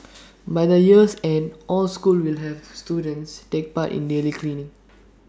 by the year's end all schools will have students take part in daily cleaning